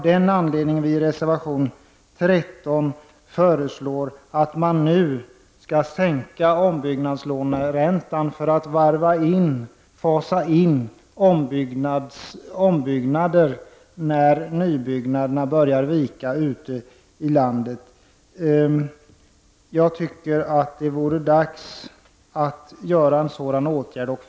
Därför föreslår vi i reservation 13 att ombyggnadslåneräntan skall sänkas för att kunna fasa in ombyggnader när nybyggnationen börjar vika ute i landet. Jag tycker det är dags att vidta en sådan åtgärd.